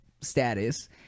status